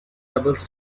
doubles